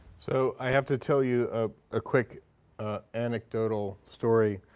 so i have to tell you a ah quick anecdotal story.